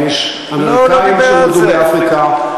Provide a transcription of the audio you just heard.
ויש אמריקאים שנולדו באפריקה,